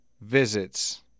visits